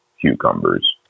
cucumbers